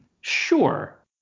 sure